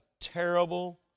terrible